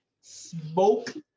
smoke